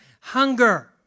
hunger